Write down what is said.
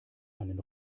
einen